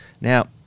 Now